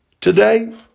Today